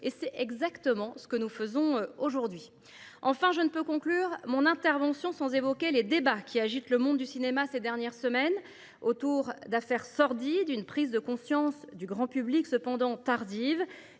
et c’est exactement ce que nous faisons aujourd’hui. Enfin, je ne peux conclure mon intervention sans évoquer les débats qui agitent le monde du cinéma depuis quelques semaines autour d’affaires sordides. La prise de conscience du grand public est tardive,